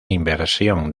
inversión